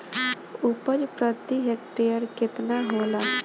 उपज प्रति हेक्टेयर केतना होला?